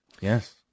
Yes